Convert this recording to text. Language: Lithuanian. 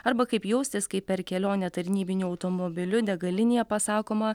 arba kaip jaustis kai per kelionę tarnybiniu automobiliu degalinėje pasakoma